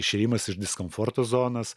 išėjimas iš diskomforto zonos